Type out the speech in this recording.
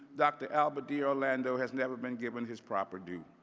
dr. albert d. orlando, has never been given his proper due.